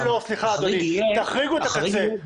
תחריגו את הקצה.